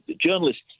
journalists